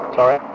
Sorry